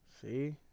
See